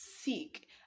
seek